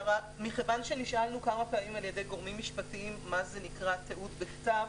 מכיוון שנשאלנו כמה פעמים על ידי גורמים משפטיים מה זה "תיעוד בכתב",